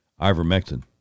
ivermectin